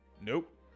Nope